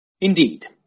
Indeed